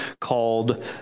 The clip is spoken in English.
called